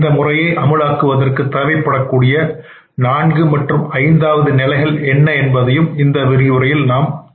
இந்த முறையை அமுல் ஆக்குவதற்கு தேவைப்படக்கூடிய நான்கு மற்றும் ஐந்தாவது நிலைகள் என்ன என்பதையும் இந்த விரிவுரையில் நாம் காண்போம்